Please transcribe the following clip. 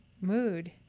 mood